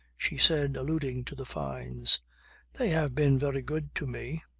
she said, alluding to the fynes they have been very good to me.